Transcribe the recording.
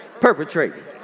Perpetrating